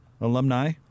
alumni